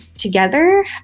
Together